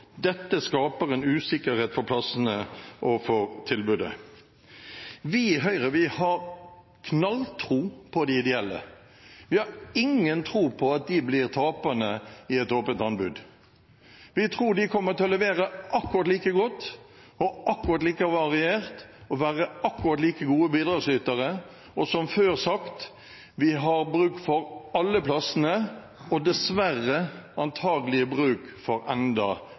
Dette skaper en usikkerhet for plassene og for tilbudet. Vi i Høyre har knalltro på de ideelle. Vi har ingen tro på at de blir taperne i et åpent anbud. Vi tror de kommer til å levere akkurat like godt og akkurat like variert og være akkurat like gode bidragsytere. Som før sagt: Vi har bruk for alle plassene – og dessverre antakelig bruk for enda